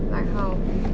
like how